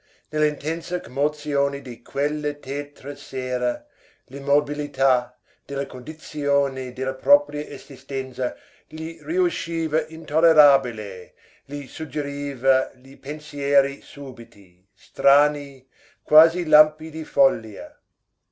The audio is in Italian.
mutamento nell'intensa commozione di quelle tetre sere l'immobilità della condizione della propria esistenza gli riusciva intollerabile gli suggeriva pensieri subiti strani quasi lampi di follia